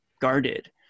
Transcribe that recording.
guarded